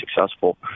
successful